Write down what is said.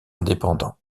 indépendant